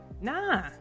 nah